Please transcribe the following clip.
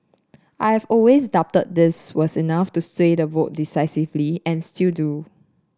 I have always doubted this was enough to sway the vote decisively and still do